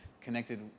connected